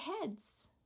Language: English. heads